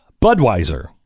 Budweiser